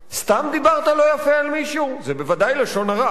סתם דיברת לא יפה על מישהו, זה בוודאי לשון הרע.